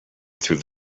through